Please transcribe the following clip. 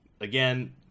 Again